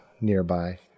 nearby